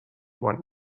one